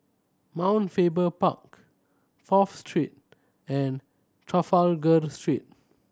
Mount Faber Park Fourth Street and Trafalgar Street